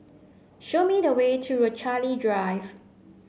show me the way to Rochalie Drive